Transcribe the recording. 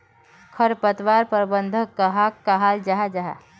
खरपतवार प्रबंधन कहाक कहाल जाहा जाहा?